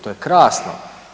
To je krasno.